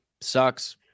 Sucks